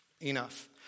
enough